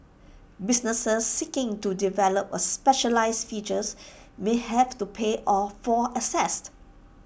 businesses seeking to develop A specialised features may have to pay all for